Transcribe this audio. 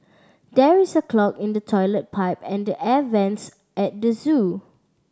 there is a clog in the toilet pipe and the air vents at the zoo